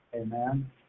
Amen